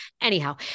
Anyhow